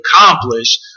accomplish